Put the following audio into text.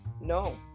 No